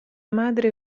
madre